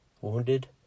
wounded